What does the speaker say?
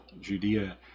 judea